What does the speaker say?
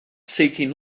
seeking